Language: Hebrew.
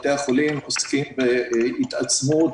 בתי החולים עוסקים בהתעצמות,